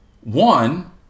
one